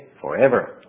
Forever